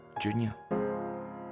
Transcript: Junior